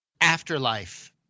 afterlife